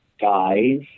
guys